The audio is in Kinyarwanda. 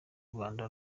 rwanda